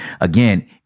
again